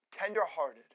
tenderhearted